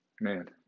Man